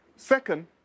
Second